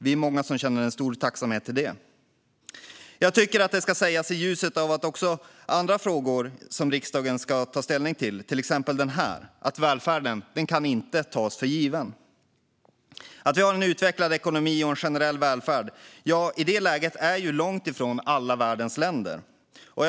Vi är många som känner en stor tacksamhet för dem. I ljuset av olika frågor som riksdagen ska ta ställning till, exempelvis den här, tycker jag att det ska sägas att välfärden inte kan tas för given. Det är långt ifrån alla världens länder som i likhet med oss har en utvecklad ekonomi och en generell välfärd i detta läge.